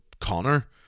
Connor